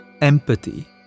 empathy